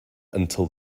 until